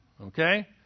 okay